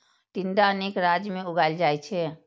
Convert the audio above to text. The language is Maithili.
टिंडा अनेक राज्य मे उगाएल जाइ छै